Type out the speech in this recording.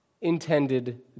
intended